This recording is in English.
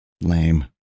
Lame